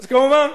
כמובן,